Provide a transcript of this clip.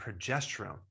progesterone